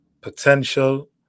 potential